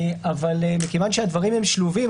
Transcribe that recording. אבל הדברים שלובים.